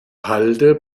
halde